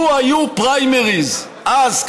לו היו פריימריז אז,